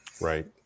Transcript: Right